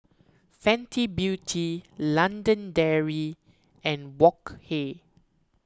Fenty Beauty London Dairy and Wok Hey